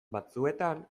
batzuetan